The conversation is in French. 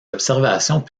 observations